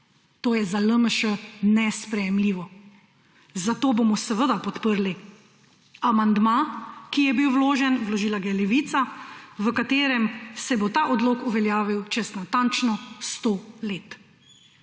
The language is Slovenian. To je za LMŠ nesprejemljivo. Zato bomo podprli amandma, ki je bil vložen, vložila ga je Levica, v katerem se bo ta odlok uveljavil čez natančno 100 let.